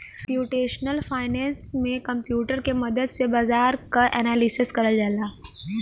computational finance में computer के मदद से बाजार क एनालिसिस करल जाला